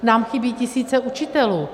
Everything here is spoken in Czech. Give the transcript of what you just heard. Nám chybí tisíce učitelů.